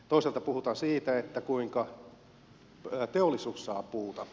toisaalta puhutaan siitä kuinka teollisuus saa puuta